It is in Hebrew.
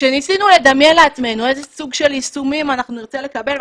כשניסינו לדמיין לעצמנו איזה סוג של יישומים אנחנו נרצה לקבל,